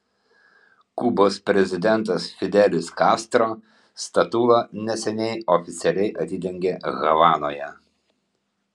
kubos prezidentas fidelis kastro statulą neseniai oficialiai atidengė havanoje